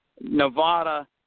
Nevada